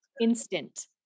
instant